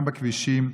גם בכבישים,